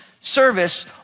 service